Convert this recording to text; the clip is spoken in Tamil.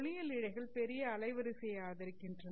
ஒளியியல் இழைகள் பெரிய அலைவரிசையை ஆதரிக்கின்றன